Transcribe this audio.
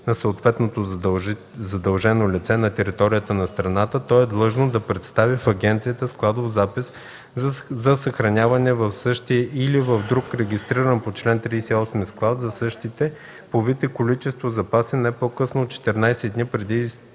на съответното задължено лице на територията на страната, то е длъжно да представи в агенцията складов запис за съхраняване в същия или в друг регистриран по чл. 38 склад за същите по вид и количество запаси не по-късно от 14 дни преди